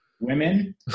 women